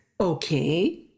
Okay